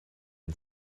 and